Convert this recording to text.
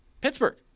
Pittsburgh